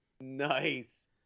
Nice